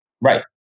right